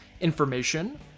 information